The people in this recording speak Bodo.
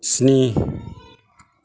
स्नि